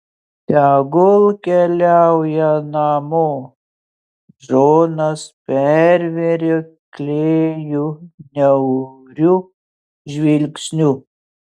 tegul keliauja namo džonas pervėrė klėjų niauriu žvilgsniu